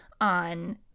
on